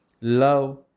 Love